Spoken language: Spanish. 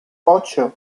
ocho